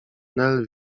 nel